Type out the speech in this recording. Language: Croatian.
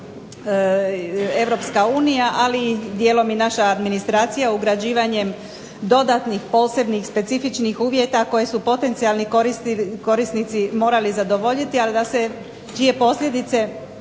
Europska unija ali i dijelom naša administracija ugrađivanjem dodatnih, posebnih, specifičnih uvjeta koje su potencijalni korisnici morali zadovoljiti ali da se čije posljedice